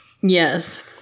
Yes